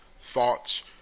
thoughts